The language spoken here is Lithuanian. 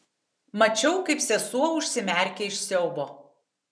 mačiau kaip sesuo užsimerkia iš siaubo